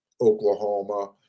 Oklahoma